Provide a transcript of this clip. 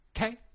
okay